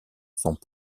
sont